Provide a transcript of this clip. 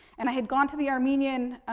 and i had gone to the armenian